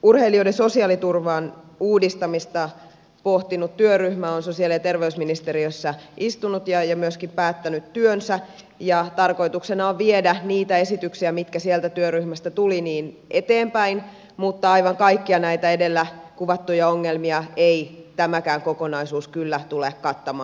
urheilijoiden sosiaaliturvan uudistamista pohtinut työryhmä on sosiaali ja terveysministeriössä istunut ja myöskin päättänyt työnsä ja tarkoituksena on viedä niitä esityksiä mitkä sieltä työryhmästä tulivat eteenpäin mutta aivan kaikkia näitä edellä kuvattuja ongelmia ei tämäkään kokonaisuus kyllä tule kattamaan